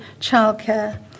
childcare